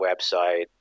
website